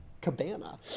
cabana